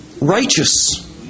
righteous